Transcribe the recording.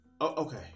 Okay